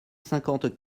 cinquante